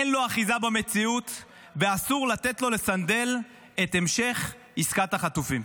אין לו אחיזה במציאות ואסור לתת לו לסנדל את המשך עסקת החטופים.